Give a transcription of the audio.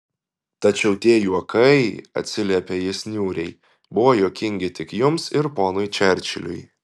tačiau tie juokai atsiliepė jis niūriai buvo juokingi tik jums ir ponui čerčiliui